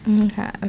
Okay